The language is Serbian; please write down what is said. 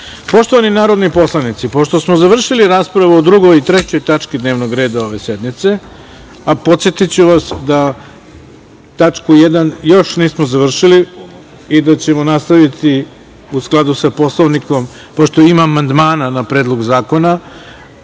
reda. Poštovani narodni poslanici, pošto smo završili raspravu o 2. i 3. tački dnevnog reda ove sednice, a podsetiću vas da tačku 1. još nismo završili i da ćemo nastaviti, u skladu sa Poslovnikom, pošto ima amandmana na Predlog zakona,